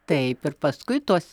taip ir paskui tuos